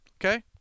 Okay